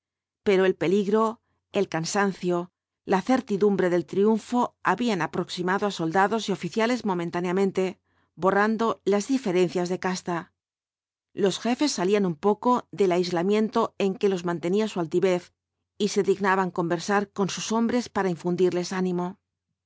pero el peligro el cansancio la certidumbre del triunfo habían aproximado á soldados y oficiales momentáneamente borrando las diferencias de casta los jefes salían un poco del aislamiento en que los mantenía su altivez y se dignaban conversar con sus hombres para